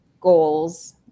goals